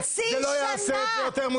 זה לא יעשה את זה יותר מוצדק.